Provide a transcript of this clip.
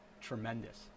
tremendous